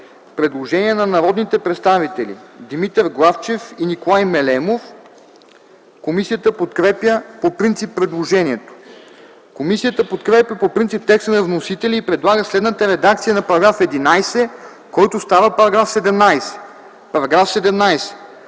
предложение от народните представители Димитър Главчев и Николай Мелемов. Комисията подкрепя по принцип предложението. Комисията подкрепя по принцип текста на вносителя и предлага следната редакция на § 11, който става § 17: „§ 17.